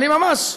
אני ממש.